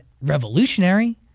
revolutionary